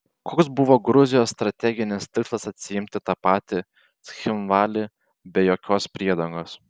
koks buvo gruzijos strateginis tikslas atsiimant tą patį cchinvalį be jokios priedangos